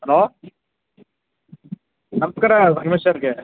hello ನಮಸ್ಕಾರ ಮಹೇಶ್ ಅವ್ರ್ಗೆ